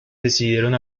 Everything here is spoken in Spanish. decidieron